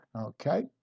Okay